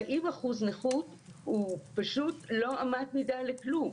40% נכות הוא פשוט לא אמת מידה לכלום.